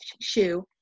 shoe